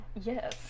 Yes